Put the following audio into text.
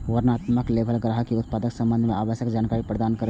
वर्णनात्मक लेबल ग्राहक कें उत्पादक संबंध मे आवश्यक जानकारी प्रदान करै छै